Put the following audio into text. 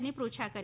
નીપૃચ્છા કરી